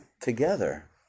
together